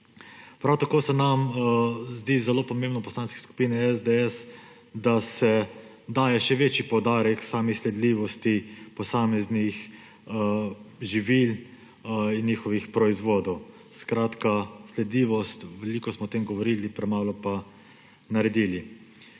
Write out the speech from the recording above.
Prav tako se nam v Poslanski skupini SDS zdi zelo pomembno, da se daje še večji poudarek sami sledljivosti posameznih živil in njihovih proizvodov. Skratka, sledljivost, veliko smo o tem govorili, premalo pa naredili.